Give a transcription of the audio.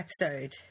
episode